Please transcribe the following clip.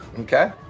Okay